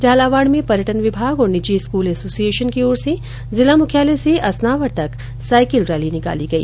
झालावाड में पर्यटन विभाग और निजी स्कूल एसोसिएशन की ओर से जिला मुख्यालय से असनावर तक साईकिल रैली निकाली गई